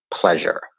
pleasure